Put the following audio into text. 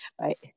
right